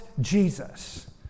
Jesus